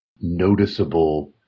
noticeable